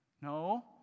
No